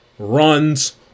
Runs